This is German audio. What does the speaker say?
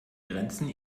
grenzen